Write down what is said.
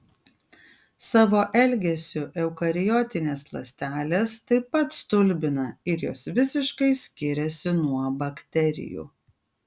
savo elgesiu eukariotinės ląstelės taip pat stulbina ir jos visiškai skiriasi nuo bakterijų